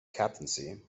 captaincy